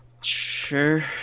Sure